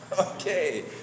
okay